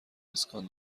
اسکان